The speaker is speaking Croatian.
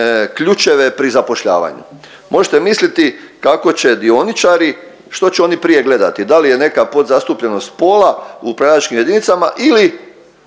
ključeve pri zapošljavanju. Možete misliti kako će dioničari, što će oni prije gledati da li je neka podzastupljenost spola u upravljačkim jedinicama ili